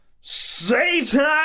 satan